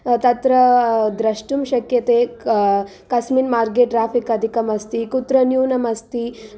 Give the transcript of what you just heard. तत्र द्रश्टुं शक्यते कस्मिन् मार्गे ट्राफिक् अधिकम् अस्ति कुत्र न्यूनम् अस्ति